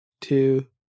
two